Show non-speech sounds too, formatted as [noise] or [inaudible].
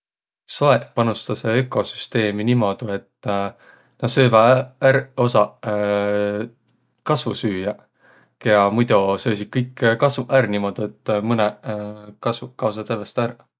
Soeq panustasõq ökosüsteemi niimuudu, et [hesitation] nä sööväq ärq osaq [hesitation] kasvosüüjäq, kiä muido söösiq kõik kasvoq ärq, niimuudu et mõnõq [hesitation] kasvoq kaosõq tävveste ärq.